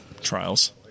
trials